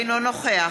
אינו נוכח